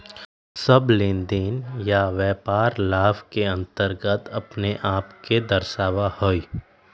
सब लेनदेन या व्यापार लाभ के अन्तर्गत अपने आप के दर्शावा हई